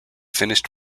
finished